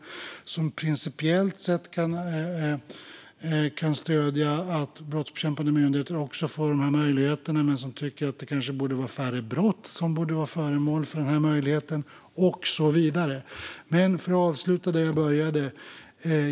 De kan principiellt sett stödja att brottsbekämpande myndigheter också får möjligheten, men de kan tycka att det ska vara färre brott som borde vara föremål för möjligheten - och så vidare. Låt mig avsluta där jag började.